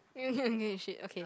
okay shit okay